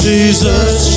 Jesus